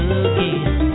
again